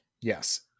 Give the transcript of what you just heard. Yes